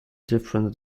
different